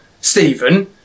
Stephen